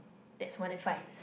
that's